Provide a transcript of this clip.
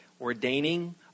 ordaining